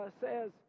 says